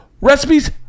recipes